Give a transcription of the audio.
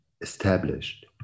established